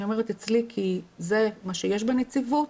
אומרת 'אצלי' זה כי זה מה שיש בנציבות,